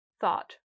thought